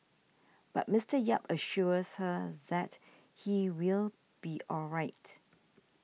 but Mister Yap assures her that he will be all right